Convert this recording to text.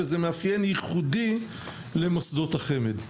וזה מאפיין ייחודי למוסדות החמ"ד.